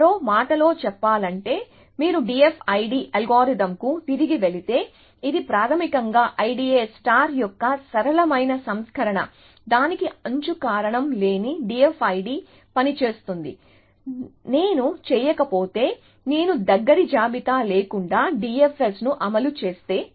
మరో మాటలో చెప్పాలంటే మీరు DFID అల్గోరిథంకు తిరిగి వెళితే ఇది ప్రాథమికంగా IDA యొక్క సరళమైన సంస్కరణ దానికి అంచు కారణం లేని DFID పని చేస్తుంది నేను చేయకపోతే నేను దగ్గరి జాబితా లేకుండా DFS ను అమలు చేస్తే